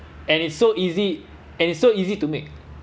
and it's so easy and it's so easy to make